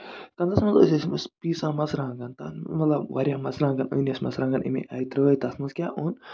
Kansas منٛز ٲسۍ أسۍ پیٖسان مَرژوانگَن مطلب واریاہ مَرژوانگَن أنۍ أسۍ مَرژوانگَن مطلب اَمہِ آیہِ ترٲے تَتھ منٛز کیاہ اوٚن